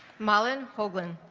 malin hoagland